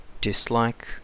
dislike